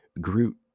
Groot